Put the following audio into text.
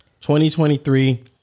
2023